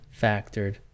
factored